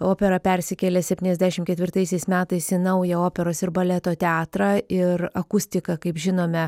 opera persikėlė septyniasdešimt ketvirtaisiais metais į naują operos ir baleto teatrą ir akustika kaip žinome